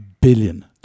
billion